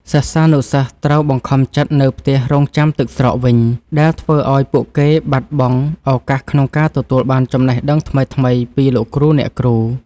សិស្សានុសិស្សត្រូវបង្ខំចិត្តនៅផ្ទះរង់ចាំទឹកស្រកវិញ ដែលធ្វើឱ្យពួកគេបាត់បង់ឱកាសក្នុងការទទួលបានចំណេះដឹងថ្មីៗពីលោកគ្រូអ្នកគ្រូ។